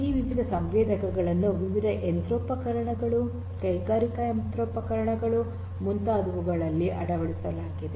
ಈ ವಿವಿಧ ಸಂವೇದಕಗಳನ್ನು ವಿವಿಧ ಯಂತ್ರೋಪಕರಣಗಳು ಕೈಗಾರಿಕಾ ಯಂತ್ರೋಪಕರಣಗಳು ಮುಂತಾದವುಗಳಲ್ಲಿ ಅಳವಡಿಸಲಾಗಿವೆ